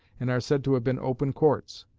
and are said to have been open courts.